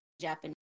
Japanese